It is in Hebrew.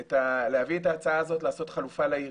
את ההצעה הזאת לעשות חלופה לעיר.